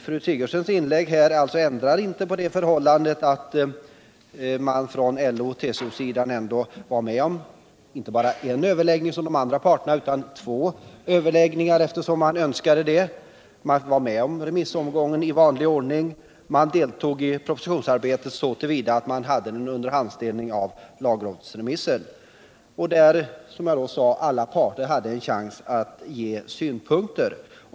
Fru Sigurdsens inlägg ändrar emellertid inte på det förhållandet att man från LO:s och TCO:s sida var med om inte bara en överläggning, som de andra parterna. utan om två överläggningar. Man var med om remissomgången i vanlig ordning och man deltog i propositionsarbetcet så till vida att man under hand fick del av lagrådets uttalanden. Alla parter hade, som jag sade, en chans alt framföra sina synpunkter.